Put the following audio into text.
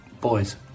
Boys